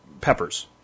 peppers